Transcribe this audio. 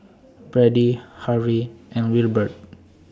Brady Harve and Wilbert